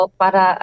para